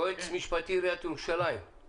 יועץ משפטי בעירית ירושלים בבקשה.